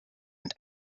und